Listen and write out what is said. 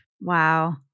Wow